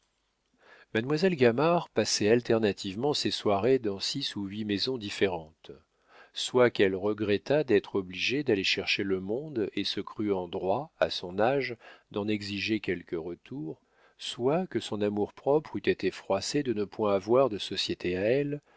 mademoiselle gamard passait alternativement ses soirées dans six ou huit maisons différentes soit qu'elle regrettât d'être obligée d'aller chercher le monde et se crût en droit à son âge d'en exiger quelque retour soit que son amour-propre eût été froissé de ne point avoir de société à elle